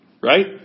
Right